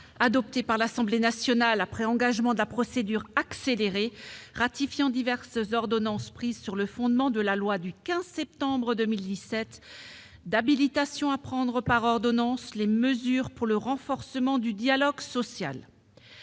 adopté par l'Assemblée nationale après engagement de la procédure accélérée, ratifiant diverses ordonnances prises sur le fondement de la loi n° 2017-1340 du 15 septembre 2017 d'habilitation à prendre par ordonnances les mesures pour le renforcement du dialogue social.